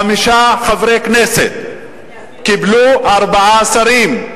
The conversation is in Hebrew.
חמישה חברי כנסת קיבלו ארבעה שרים,